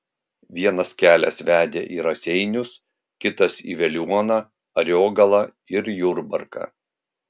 vienas kelias vedė į raseinius kitas į veliuoną ariogalą ir jurbarką